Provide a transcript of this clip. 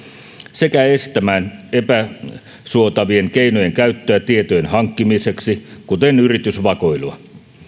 sekä estämään epäsuotavien keinojen käyttöä tietojen hankkimiseksi kuten yritysvakoilua